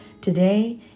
today